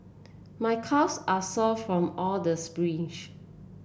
my calves are sore from all the sprints